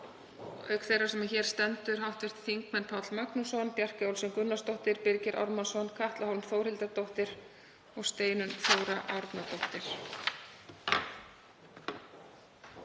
auk þeirrar sem hér stendur, hv. þingmenn Páll Magnússon, Bjarkey Olsen Gunnarsdóttir, Birgir Ármannsson, Katla Hólm Þórhildardóttir og Steinunn Þóra Árnadóttir.